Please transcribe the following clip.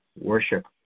worship